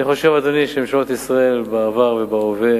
אדוני, אני חושב שממשלות ישראל בעבר ובהווה